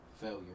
Failure